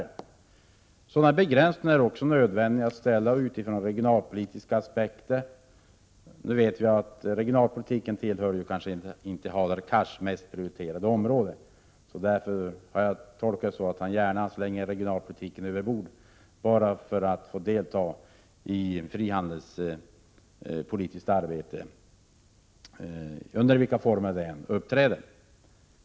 Sådana begränsningar är också nödvändiga utifrån regionalpolitiska aspekter. Vi vet nu att regionalpolitiken kanske inte tillhör Hadar Cars mest prioriterade områden. Jag har tolkat det som att han gärna slänger regionalpolitiken över bord för att få delta i frihandelspolitiskt arbete under vilka former det än uppträder.